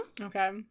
Okay